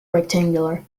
rectangular